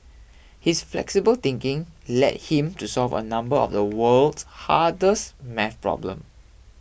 his flexible thinking led him to solve a number of the world's hardest math problems